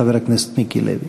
חבר הכנסת מיקי לוי.